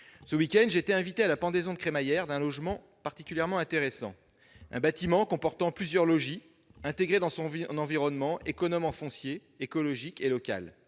Ce week-end, j'étais invité à la pendaison de crémaillère d'un logement particulièrement intéressant : un bâtiment comportant plusieurs logis, intégré dans son environnement, économe en foncier, écologique et local.